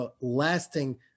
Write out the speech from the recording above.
lasting